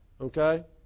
okay